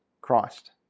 Christ